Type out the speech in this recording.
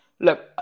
Look